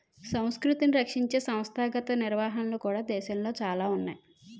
సంస్కృతిని రక్షించే సంస్థాగత నిర్వహణలు కూడా దేశంలో చాలా ఉన్నాయి